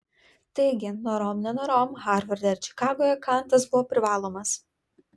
taigi norom nenorom harvarde ir čikagoje kantas buvo privalomas